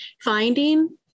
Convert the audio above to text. finding